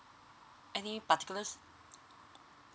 any particulars